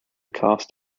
cast